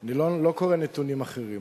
אני לא קורא נתונים אחרים.